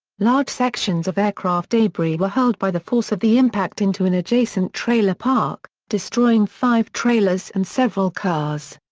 large sections of aircraft debris were hurled by the force of the impact into an adjacent trailer park, park, destroying five trailers and several cars.